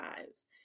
lives